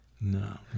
no